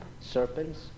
serpents